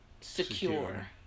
secure